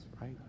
right